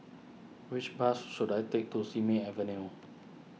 which bus should I take to Simei Avenue